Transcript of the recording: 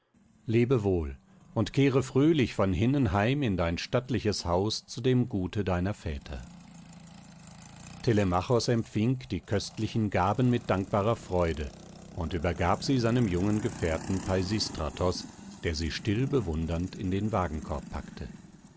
lebe wohl und kehre fröhlich von hinnen heim in dein stattliches haus zu dem gute deiner väter telemachos empfing die köstlichen gaben mit dankbarer freude und übergab sie seinem jungen gefährten peisistratos der sie still bewundernd in den wagenkorb packte